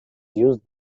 used